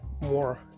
more